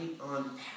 on